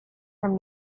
from